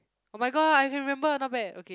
oh-my-god I can remember not bad okay